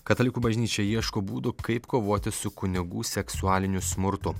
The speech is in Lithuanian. katalikų bažnyčia ieško būdų kaip kovoti su kunigų seksualiniu smurtu